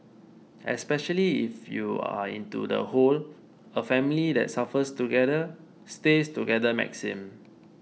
especially if you are into the whole a family that suffers together stays together maxim